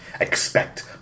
Expect